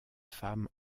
femmes